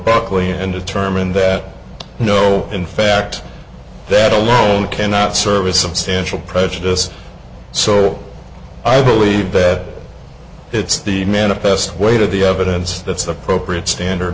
buckley and determined that no in fact that alone cannot serve a substantial prejudice so i believe that it's the manifest weight of the evidence that's appropriate standard